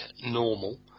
normal